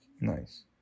Nice